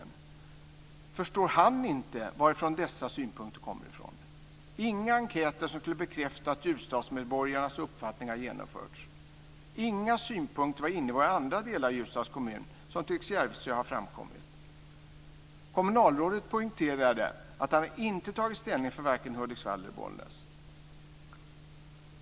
Han förstår inte varifrån dessa synpunkter kommer. Inga enkäter som skulle kunna bekräfta Ljusdalsmedborgarnas uppfattning har genomförts. Inga synpunkter från andra delar av Ljusdals kommun, t.ex. Järvsö, har framkommit. Kommunalrådet poängterade att han varken har tagit ställning för Hudiksvall eller Bollnäs.